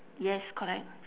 yes correct